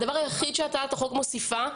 הדבר היחיד שהצעת החוק מוסיפה,